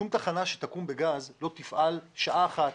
שום תחנה שתקום בגז לא תפעל שעה אחת